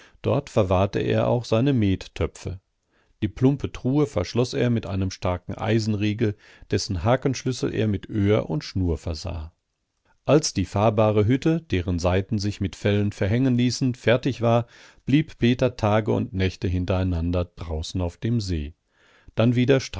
dort verwahrte er auch seine met töpfe die plumpe truhe verschloß er mit einem starken eisenriegel dessen hakenschlüssel er mit öhr und schnur versah als die fahrbare hütte deren seiten sich mit fellen verhängen ließen fertig war blieb peter tage und nächte hintereinander draußen auf dem see dann wieder